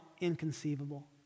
inconceivable